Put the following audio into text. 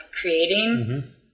creating